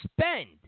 spend